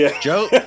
Joe